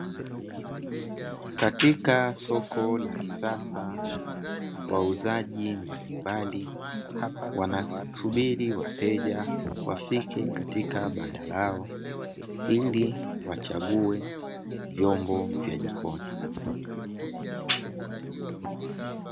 Katika soko la kisasal wauzaji mbalimbali, wanasubiri wateja ,wafike Katika banda lao, ili wachague vyombo vya jikoni.